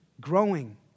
growing